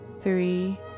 three